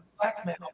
blackmail